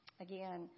again